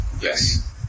Yes